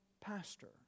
pastor